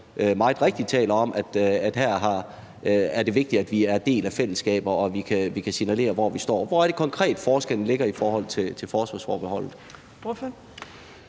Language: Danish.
meget rigtigt taler om, nemlig at her er det vigtigt, at vi er en del af fællesskaber, og at vi kan signalere, hvor vi står. Hvor er det konkret, forskellen ligger i forhold til forsvarsforbeholdet?